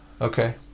Okay